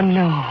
no